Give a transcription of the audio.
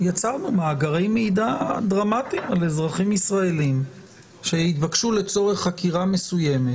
יצרנו מאגרי מידע דרמטיים על אזרחים ישראלים שהתבקשו לצורך חקירה מסוימת